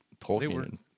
Tolkien